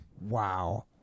wow